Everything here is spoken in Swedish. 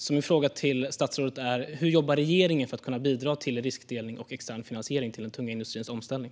Min fråga till statsrådet är därför hur regeringen jobbar för att kunna bidra till riskdelning och extern finansiering i den tunga industrins omställning.